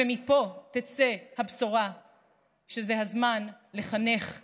ומפה תצא הבשורה שזה הזמן לחנך אנשים.